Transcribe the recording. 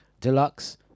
Deluxe